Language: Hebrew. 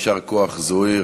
יישר כוח, זוהיר.